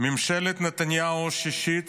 ממשלת נתניהו השישית